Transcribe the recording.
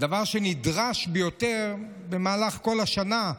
דבר שנדרש ביותר במהלך כל השנה,